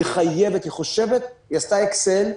היא עשתה אקסל,